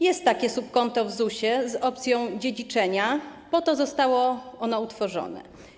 Jest takie subkonto w ZUS-ie z opcją dziedziczenia, po to zostało ono utworzone.